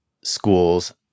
schools